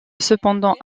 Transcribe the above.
cependant